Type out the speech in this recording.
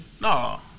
No